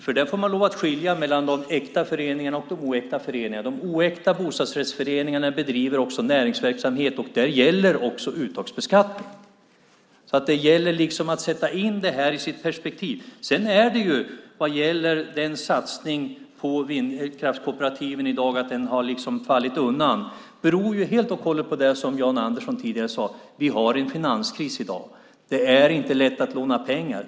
Man får lov att skilja mellan de äkta och de oäkta föreningarna. De oäkta bostadsrättsföreningarna bedriver också näringsverksamhet. Där gäller också uttagsbeskattning. Det gäller alltså att sätta in detta i rätt perspektiv. Att satsningen på vindkraftskooperativ har försvagats beror helt och hållet på det som Jan Andersson tidigare sade, nämligen att vi har en finanskris. Det är inte lätt att låna pengar.